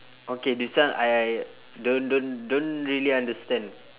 okay this one I don't don't don't really understand